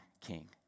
king